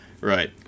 Right